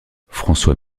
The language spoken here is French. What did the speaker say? françois